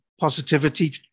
positivity